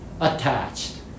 attached